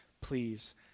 please